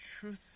truth